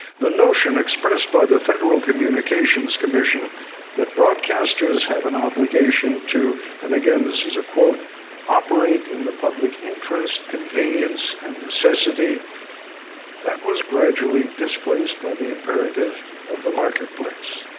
the notion expressed by the federal communications commission that broadcasters have an obligation to and, again, this is a quote operate in the public interest, convenience, and necessity that was, gradually, displaced by the imperative of the marketplace.